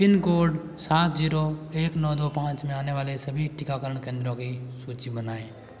pin code सात zero एक नौ दौ पाँच में आने वाले सभी टीकाकरण केंद्रों की सूची बनाएँ